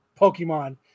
pokemon